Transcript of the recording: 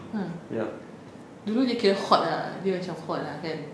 ah dulu dia kira hot ah dia macam hot ah kan